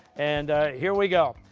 and here we go.